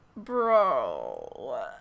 Bro